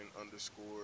underscore